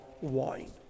wine